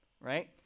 Right